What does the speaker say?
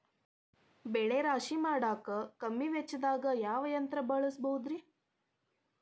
ಬೆಳೆ ರಾಶಿ ಮಾಡಾಕ ಕಮ್ಮಿ ವೆಚ್ಚದಾಗ ಯಾವ ಯಂತ್ರ ಬಳಸಬಹುದುರೇ?